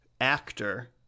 actor